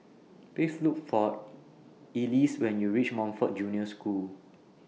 Please Look For Elease when YOU REACH Montfort Junior School